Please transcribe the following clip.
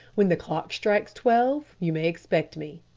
when the clock strikes twelve you may expect me.